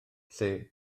lle